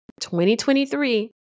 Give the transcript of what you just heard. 2023